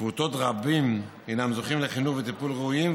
פעוטות רבים אינם זוכים לחינוך וטיפול ראויים,